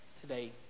today